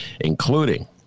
including